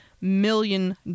million